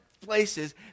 places